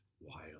wild